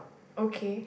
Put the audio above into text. okay